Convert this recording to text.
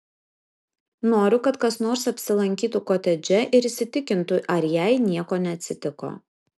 noriu kad kas nors apsilankytų kotedže ir įsitikintų ar jai nieko neatsitiko